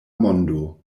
mondo